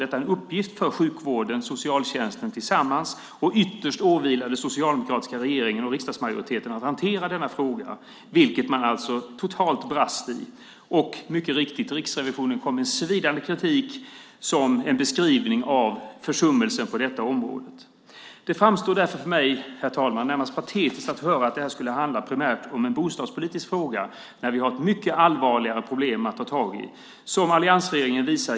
Detta är en uppgift för sjukvården och socialtjänsten tillsammans, och ytterst åvilade det den socialdemokratiska regeringen och riksdagsmajoriteten att hantera denna fråga, vilket man alltså totalt brast i. Riksrevisionen kom med en svidande kritik som en beskrivning av försummelsen på detta område. Herr talman! Därför framstår det för mig närmast patetiskt att höra att detta primärt skulle handla om en bostadspolitisk fråga. Vi har ett mycket allvarligare problem att ta tag i.